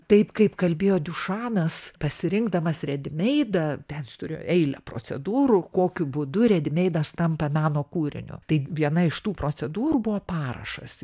taip kaip kalbėjo diušanas pasirinkdamas redimeidą ten jis turėjo eilę procedūrų kokiu būdu redimeidas tampa meno kūriniu tai viena iš tų procedūrų buvo parašas